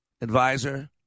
advisor